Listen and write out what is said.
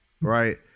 right